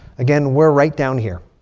again, we're right down here.